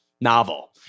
novel